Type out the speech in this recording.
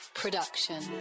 Production